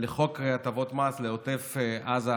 לחוק הטבות מס לעוטף עזה,